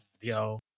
Yo